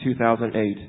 2008